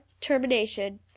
termination